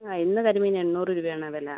ആ ഇന്ന് കരിമീൻ എണ്ണൂറ് രൂപയാണ് വില